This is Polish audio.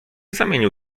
zamienił